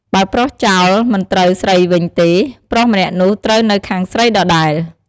បើប្រុសចោល មិនត្រូវស្រីវិញទេ ប្រុសម្នាក់នោះត្រូវនៅខាងស្រីដដែល។